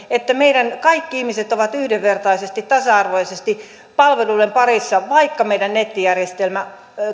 että meidän kaikki ihmiset ovat yhdenvertaisesti tasa arvoisesti palveluiden parissa vaikka meidän nettijärjestelmää